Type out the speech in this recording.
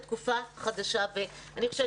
זו תקופה חדשה ואני חושבת